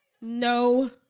no